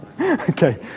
Okay